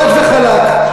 חד וחלק.